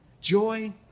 Joy